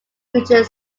richard